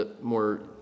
more